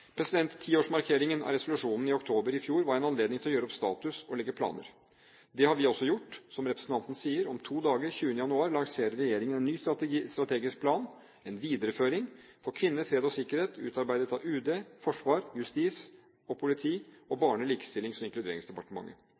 Tiårsmarkeringen av resolusjonen i oktober i fjor var en anledning til å gjøre opp status og legge planer. Det har vi også gjort. Som representanten sier, om to dager, 20. januar, lanserer regjeringen en ny strategisk plan – en videreføring – for kvinner, fred og sikkerhet, utarbeidet av Utenriksdepartementet, Forsvarsdepartementet, Justis- og politidepartementet og Barne-, likestillings- og inkluderingsdepartementet.